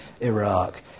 Iraq